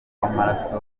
w’amaraso